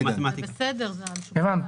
הבנתי.